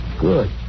good